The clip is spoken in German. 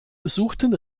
besuchten